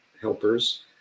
helpers